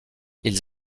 ils